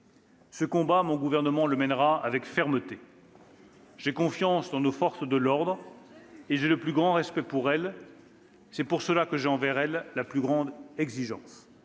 Ce combat, mon gouvernement le mènera avec fermeté. » On l'a déjà entendu, cela !« J'ai confiance dans nos forces de l'ordre et j'ai le plus grand respect pour elles. C'est pour cela que j'ai envers elles la plus grande exigence.